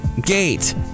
gate